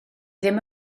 ddim